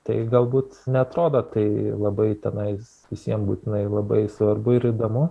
tai galbūt neatrodo tai labai tenais visiem būtinai labai svarbu ir įdomu